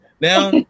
Now